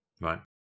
Right